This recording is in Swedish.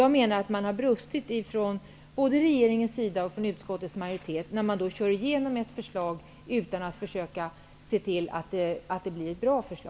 Jag menar att det har brustit både från regeringens sida och från utskottets majoritet när man kör igenom ett förslag utan att försöka se till att det blir bra.